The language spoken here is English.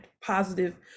positive